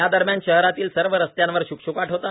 यादरम्यान शहरातील सर्व रस्त्यांवर शुकशुकाट होता